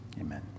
amen